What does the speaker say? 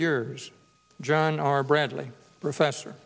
yours john r bradley professor